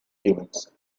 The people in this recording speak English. events